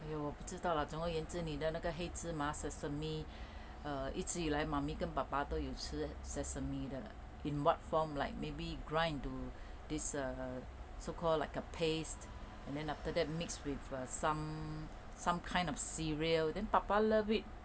!aiyo! 不知道 lah 总而言之你的那个黑芝麻 sesame err 一直以来 mummy 跟爸爸都有吃 sesame 的 in what form like maybe grind into this err so call like a paste then after that mixed with err some some kind of cereal then 爸爸 love it